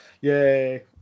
yay